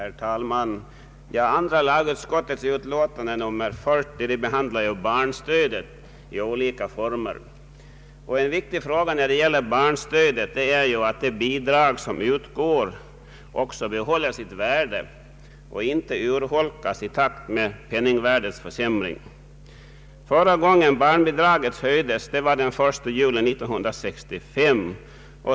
Herr talman! Andra lagutskottets utlåtande nr 40 behandlar frågan om barnstödet i olika former. Viktigt är när det gäller barnstödet att de bidrag som utgår behåller sitt värde och inte urholkas i takt med penningvärdeförsämringen. Förra gången barnbidragen höjdes var den 1 juli 1965.